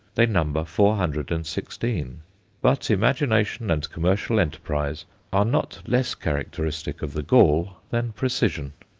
they number four hundred and sixteen but imagination and commercial enterprise are not less characteristic of the gaul than precision.